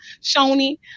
Shoni